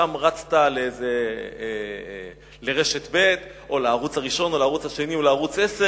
משם רצת לרשת ב' או לערוץ הראשון או לערוץ השני או לערוץ-10,